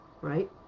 Right